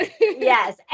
yes